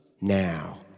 now